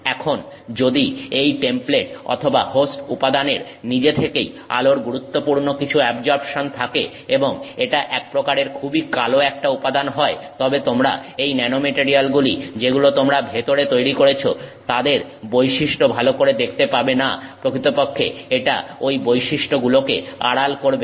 এখন যদি এই টেমপ্লেট অথবা হোস্ট উপাদানের নিজে থেকেই আলোর গুরুত্বপূর্ণ কিছু অ্যাবজর্পশন থাকে এবং এটা এক প্রকারের খুবই কালো একটা উপাদান হয় তবে তোমরা এই ন্যানোমেটারিয়ালগুলি যেগুলো তোমরা ভেতরে তৈরী করেছো তাদের বৈশিষ্ট্য ভালো করে দেখতে পাবে না প্রকৃতপক্ষে এটা ঐ বৈশিষ্ট্যগুলোকে আড়াল করবে